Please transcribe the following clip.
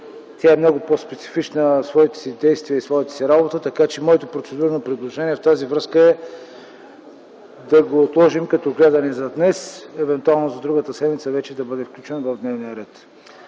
е много по специфична в своите действия и в своята работа. Така че моето процедурно предложение в тази връзка е да го отложим като гледане за днес и евентуално другата седмица вече да бъде включен в дневния ред.